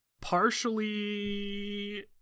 partially